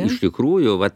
iš tikrųjų vat